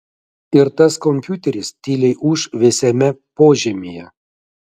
ir tas kompiuteris tyliai ūš vėsiame požemyje